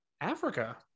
africa